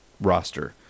roster